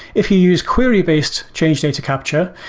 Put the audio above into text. if you use query-based change data capture,